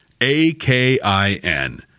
A-K-I-N